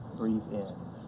breathe in,